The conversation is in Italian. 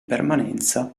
permanenza